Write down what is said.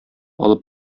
алып